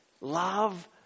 Love